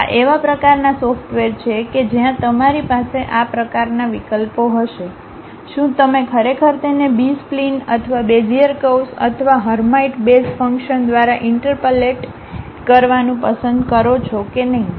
આ એવા પ્રકારનાં સોફ્ટવેર છે કે જ્યાં તમારી પાસે આ પ્રકારના વિકલ્પો હશે ઓહ શું તમે ખરેખર તેને બી સ્પ્લિન અથવા બેઝિયર કર્વ્સ અથવા હર્માઇટ બેઝ ફંક્શન્સ દ્વારા ઇન્ટરપલેટ કરવાનું પસંદ કરો છો કે નહીં